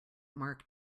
mark